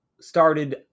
started